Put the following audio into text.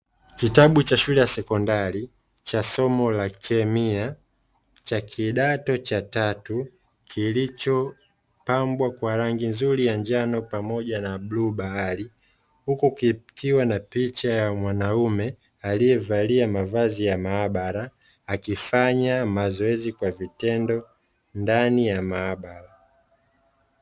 Kitabu cha shule ya sekondari, cha somo la kemia, cha kidato cha tatu, kilichopambwa kwa rangi nzuri ya njano pamoja na bluu bahari. Huku kikiwa na picha ya mwanaume, aliyevalia mavazi ya maabara, akifanya mazoezi kwa vitendo ndani ya maabara.